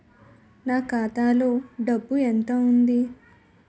నా ఖాతాలో డబ్బు ఎంత ఉంది?